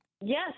Yes